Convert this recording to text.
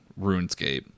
RuneScape